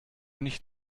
nicht